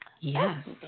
Yes